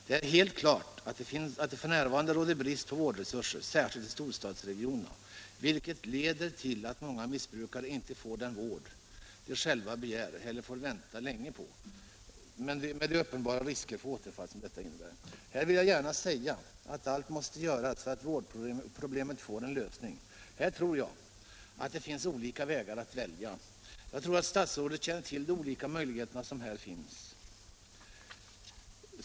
Det är helt klart att det f. n. råder brist på vårdresurser, särskilt i storstadsregionerna, vilket leder till att många missbrukare inte får den vård de själva begär eller får vänta länge på den, med de uppenbara risker för återfall som detta innebär.” Jag vill gärna säga att allt måste göras för att vårdproblemet skall få en lösning. Här tror jag att det finns olika vägar att välja mellan, och jag tror att statsrådet känner till de olika möjligheterna.